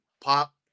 pop